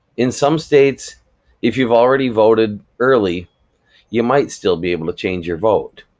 in some states if you've already voted early you might still be able to change your vote.